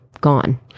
gone